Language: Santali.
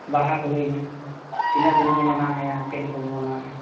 ᱵᱟᱦᱟ ᱠᱚ ᱦᱩᱭᱮᱱᱟ ᱛᱤᱱᱟᱹᱜ ᱫᱤᱱ ᱵᱚ ᱢᱟᱱᱟᱣᱮᱫᱼᱟ ᱟᱨ ᱪᱮᱫ ᱞᱮᱠᱟ ᱵᱚ ᱢᱟᱱᱟᱣᱮᱫᱼᱟ